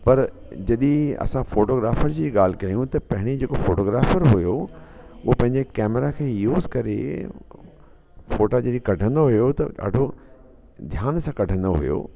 पर जॾहिं असां फ़ोटोग्राफ़र जी ॻाल्हि कयूं त पहिरीं जेको फ़ोटोग्राफ़र हुयो उहा पंहिंजे कैमरा खे यूज़ करे फ़ोटा जॾहिं कढंदो हुयो त ॾाढो ध्यान सां कढंदो हुयो